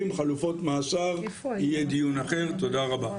רציתי לשאול,